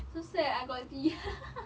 so sad I got D